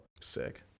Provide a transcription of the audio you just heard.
sick